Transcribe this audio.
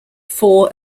four